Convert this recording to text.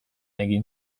egin